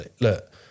look